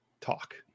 talk